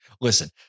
Listen